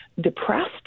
depressed